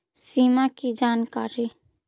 सिमा कि जानकारी?